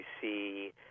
see